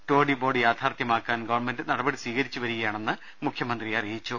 toddy board യാഥാർത്ഥ്യമാക്കാൻ government നടപടി സ്വീകരിച്ചു വരികയാണെന്ന് മുഖ്യമന്ത്രി അറിയിച്ചു